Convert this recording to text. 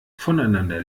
voneinander